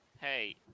Hey